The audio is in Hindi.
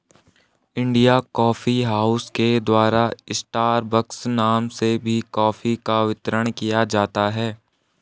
इंडिया कॉफी हाउस के द्वारा स्टारबक्स नाम से भी कॉफी का वितरण किया जाता है